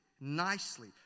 nicely